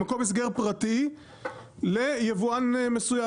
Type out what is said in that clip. במקום הסגר פרטי ליבואן מסוים,